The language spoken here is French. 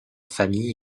famille